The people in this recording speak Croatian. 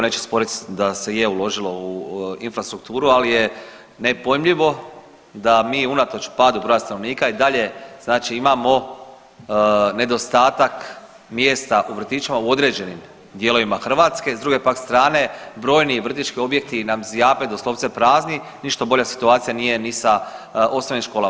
niko neće osporit da se je uložilo u infrastrukturu, ali je nepojmljivo da mi unatoč padu broja stanovnika i dalje znači imamo nedostatak mjesta u vrtićima u određenim dijelovima Hrvatske s druge pak strane brojni vrtićki objekti nam zjape doslovce prazni, ništa bolja situacija nije ni sa osnovnim školama.